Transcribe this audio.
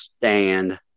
stand